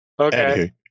okay